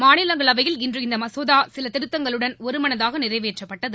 மாநிலங்களவையில் இன்று இந்த மாசோதா சில திருத்தங்களுடன் ஒருமனதாக நிறைவேற்றப்பட்டது